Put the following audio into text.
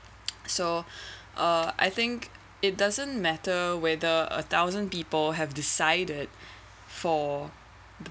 so uh I think it doesn't matter whether a thousand people have decided for